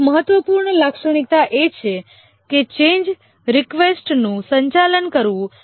એક મહત્વપૂર્ણ લાક્ષણિકતા એ છે કે ચેન્જ રિકવેસ્ટનું સંચાલન કરવું